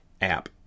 app